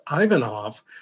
Ivanov